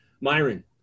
Myron